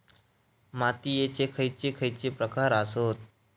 मातीयेचे खैचे खैचे प्रकार आसत?